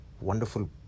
wonderful